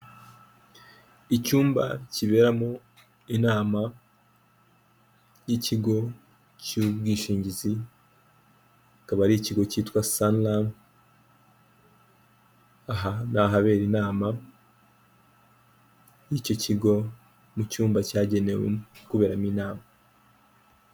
Icyumba kiberamo inama y'ikigo cy'ubwishingizi kikaba ari ikigo cyitwa sanlam, aha ni ahabera inama y'icyo kigo mu cyumba cyagenewe kuberamo inama.